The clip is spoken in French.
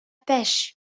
pêche